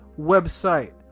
website